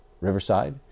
Riverside